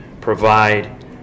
provide